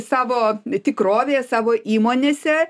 savo tikrovėje savo įmonėse